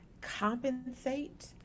compensate